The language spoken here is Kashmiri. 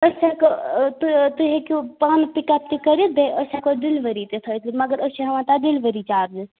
أسۍ ہٮ۪کو تُہۍ تُہۍ ہیٚکِو پانہٕ تکت تہِ کٔرِتھ بیٚیہِ أسۍ ہٮ۪کو ڈِلؤری تہِ تھٲیِتھ مگر أسۍ چھِ ہٮ۪وان تتھ دِلؤری چارجِز